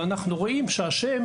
אנחנו רואים שהשם,